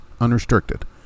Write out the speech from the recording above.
unrestricted